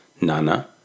Nana